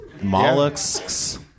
Mollusks